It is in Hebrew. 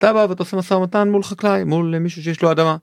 אתה בא ואתה עושה משא ומתן מול חקלאי, מול מישהו שיש לו אדמה.